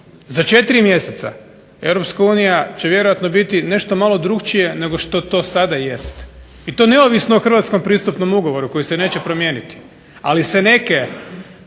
Za 4 mjeseca Europska unija će vjerojatno biti nešto malo drukčije nego što to sada jest, i to neovisno o hrvatskom pristupnom ugovoru koji se neće promijeniti, ali se neke,